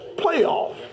playoff